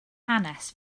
hanes